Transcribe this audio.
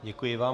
Děkuji vám.